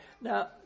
Now